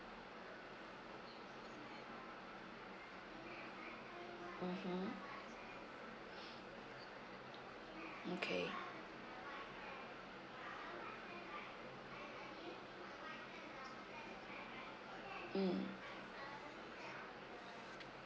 mmhmm okay mm